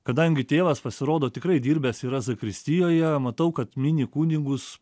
kadangi tėvas pasirodo tikrai dirbęs yra zakristijoje matau kad mini kunigus